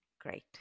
Great